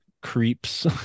creeps